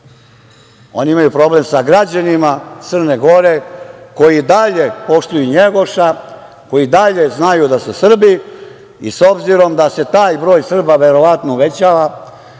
oni imaju problem sa građanima Crne Gore koji i dalje poštuju Njegoša, koji i dalje znaju da su Srbi i s obzirom da se taj broj Srba verovatno uvećava,